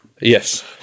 Yes